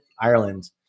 Ireland